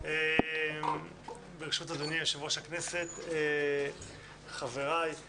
ברשות אדוני יושב-ראש הכנסת, חבריי,